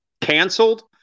canceled